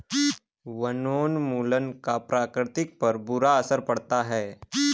वनोन्मूलन का प्रकृति पर बुरा असर पड़ता है